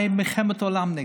הייתה מלחמת עולם נגדי.